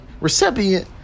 recipient